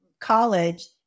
college